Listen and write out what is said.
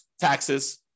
taxes